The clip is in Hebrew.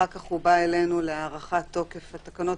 אחר כך הוא בא אלינו להארכת תוקף התקנות,